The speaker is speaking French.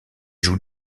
joue